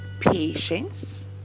patience